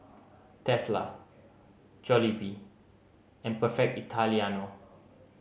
Tesla Jollibee and Perfect Italiano